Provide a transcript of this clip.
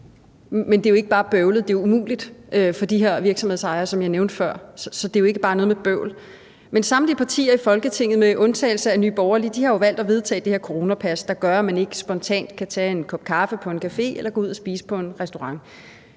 Men det er jo ikke bare bøvlet, det er umuligt for de her virksomhedsejere, som jeg nævnte før. Så det er jo ikke bare noget med bøvl. Samtlige partier i Folketinget med undtagelse af Nye Borgerlige har valgt at vedtage det her coronapas, der gør, at man ikke spontant kan tage en kop kaffe på en café eller gå ud og spise på en restaurant.